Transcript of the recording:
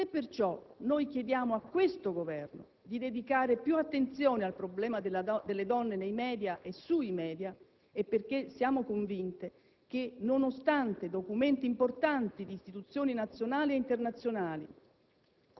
Se perciò noi chiediamo a questo Governo di dedicare più attenzione al problema delle donne nei *media* e sui *media*, è perché siamo convinte che, nonostante documenti importanti di istituzioni nazionali e internazionali